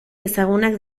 ezagunak